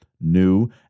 new